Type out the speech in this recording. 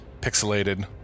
pixelated